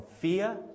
fear